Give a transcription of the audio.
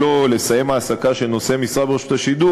החלטות שלו לסיים העסקה של נושא משרה ברשות השידור